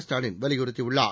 ஸ்டாலின் வலியுறுத்தியுள்ளார்